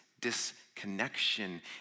disconnection